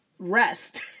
rest